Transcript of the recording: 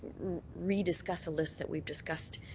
rediscuss a list that we've discussed,